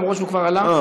אף שהוא כבר עלה,